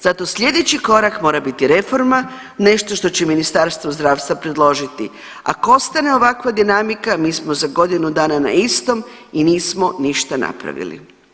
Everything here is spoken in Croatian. Zato sljedeći korak mora biti reforma, nešto što će Ministarstvo zdravstva predložili, ako ostane ovakva dinamika, mi smo za godinu dana na istom i nismo ništa napravili.